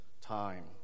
time